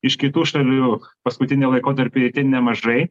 iš kitų šalių jau paskutinį laikotarpį itin nemažai